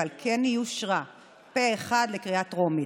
ועל כן היא אושרה פה אחד לקריאה טרומית.